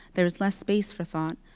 there's less space for thought.